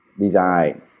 design